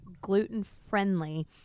gluten-friendly